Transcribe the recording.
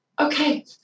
okay